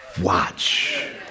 watch